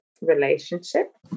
relationship